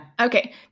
Okay